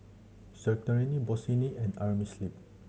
Certainty Bossini and Amerisleep